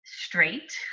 Straight